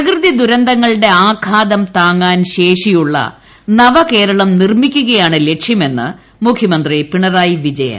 പ്രകൃതിദുരന്തങ്ങളുടെ ആഘാതം താങ്ങാൻ ശേഷിയുള്ള നവകേരളം നിർമ്മിക്കുകയാണ് ലക്ഷ്യമെന്ന് മുഖ്യമന്ത്രി പിണറായി വിജയൻ